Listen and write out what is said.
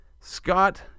Scott